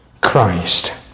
Christ